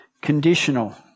conditional